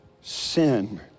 sin